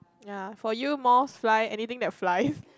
ya for you moths fly anything that fly